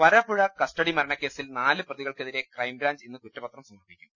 Varapuzha custody മരണക്കേസിൽ നാല് പ്രതികൾക്കെതിരെ ക്രൈംബ്രാഞ്ച് ഇന്ന് കുറ്റപത്രം സമർപ്പിക്കും